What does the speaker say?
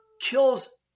kills